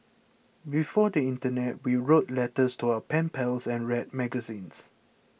before the internet we wrote letters to our pen pals and read magazines